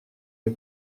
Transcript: les